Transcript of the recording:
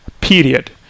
period